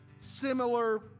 similar